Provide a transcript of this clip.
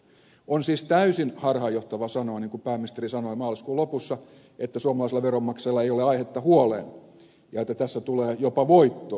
on siis täysin harhaanjohtavaa sanoa niin kuin pääministeri sanoi maaliskuun lopussa että suomalaisilla veronmaksajilla ei ole aihetta huoleen ja että tässä tulee jopa voittoa